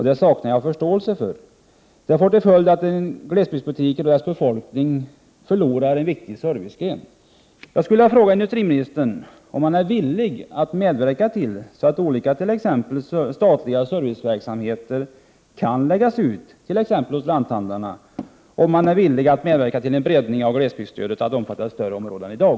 Det saknar jag förståelse för. Det får till följd att glesbygdsbutikerna förlorar en viktig servicegren. Jag skulle vilja fråga industriministern om han är villig att medverka till att olika t.ex. statliga serviceverksamheter kan läggas ut t.ex. hos lanthandlarna och om han är villig att medverka till en breddning av glesbygdsstödet, så att det omfattar större områden än i dag.